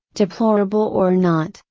deplorable or not,